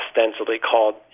ostensibly-called